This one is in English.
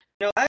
No